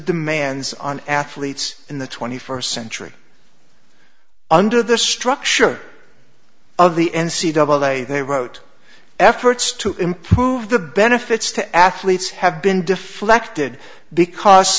demands on athletes in the twenty first century under the structure of the n c doubleday they wrote efforts to improve the benefits to athletes have been deflected because